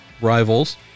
rivals